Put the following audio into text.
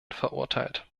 verurteilt